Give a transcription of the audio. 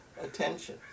attention